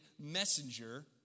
messenger